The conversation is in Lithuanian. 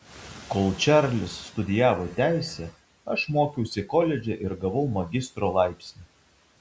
kol čarlis studijavo teisę aš mokiausi koledže ir gavau magistro laipsnį